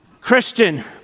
Christian